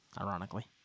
ironically